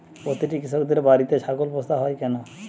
প্রতিটি কৃষকদের বাড়িতে ছাগল পোষা হয় কেন?